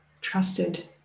trusted